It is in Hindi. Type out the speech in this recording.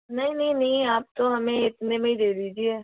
नहीं नहीं नहीं आप तो हमें इतने में ही दे दीजिए